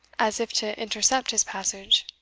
as if to intercept his passage.